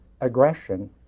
aggression